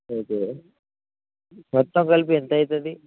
okay మొత్తం కలిపి ఎంత అవుతుంది